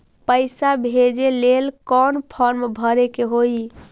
पैसा भेजे लेल कौन फार्म भरे के होई?